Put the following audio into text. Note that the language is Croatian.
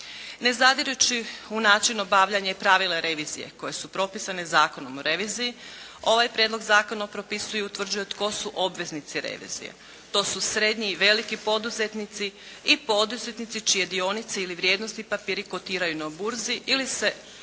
Ne zadirući u način obavljanja i pravila revizije koje su propisane Zakonom o reviziji, ovaj Prijedlog zakona propisuje i utvrđuje tko su obveznici revizije. To su srednji i veliki poduzetnici i poduzetnici čije dionice ili vrijednosni papiri kotiraju na burzi ili se obavlja